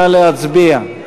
נא להצביע.